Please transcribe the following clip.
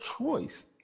choice